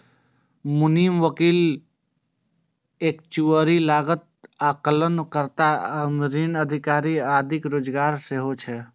मुनीम, वकील, एक्चुअरी, लागत आकलन कर्ता, ऋण अधिकारी आदिक रोजगार सेहो छै